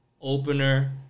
opener